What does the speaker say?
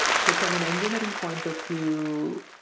so from an engineering point of view,